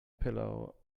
pillow